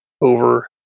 over